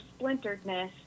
splinteredness